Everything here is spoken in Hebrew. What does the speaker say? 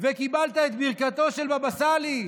וקיבלת את ברכתו של בבא סאלי.